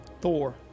Thor